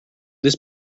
this